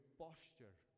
posture